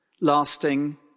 lasting